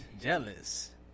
jealous